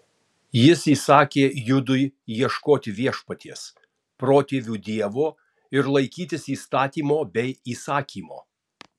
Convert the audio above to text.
jis įsakė judui ieškoti viešpaties protėvių dievo ir laikytis įstatymo bei įsakymo